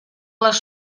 les